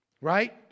right